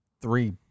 three